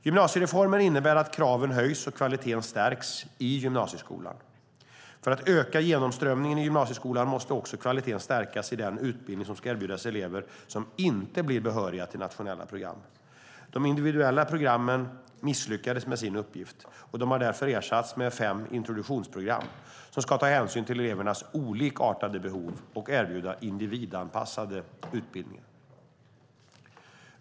Gymnasiereformen innebär att kraven höjs och kvaliteten stärks i gymnasieskolan. För att öka genomströmningen i gymnasieskolan måste också kvaliteten stärkas i den utbildning som ska erbjudas elever som inte blir behöriga till nationella program. De individuella programmen misslyckades med sin uppgift. De har därför ersatts med fem introduktionsprogram som ska ta hänsyn till elevernas olikartade behov och erbjuda individanpassade utbildningar.